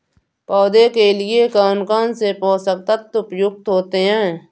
पौधे के लिए कौन कौन से पोषक तत्व उपयुक्त होते हैं?